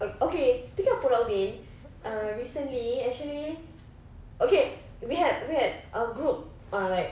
oh okay speaking of pulau ubin uh recently actually okay we had we had uh group uh like